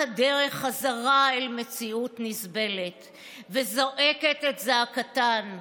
הדרך חזרה אל מציאות נסבלת וזועקת את זעקתן.